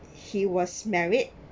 he was married